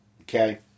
okay